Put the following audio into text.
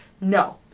No